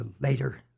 later